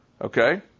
Okay